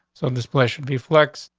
so displeasure reflex.